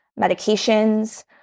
medications